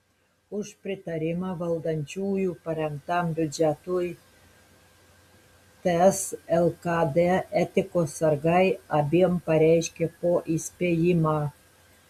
už pritarimą valdančiųjų parengtam biudžetui ts lkd etikos sargai abiem pareiškė po įspėjimą